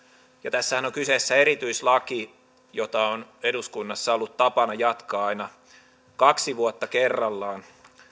tässähän on kyseessä erityislaki jota on eduskunnassa ollut tapana jatkaa aina kaksi vuotta kerrallaan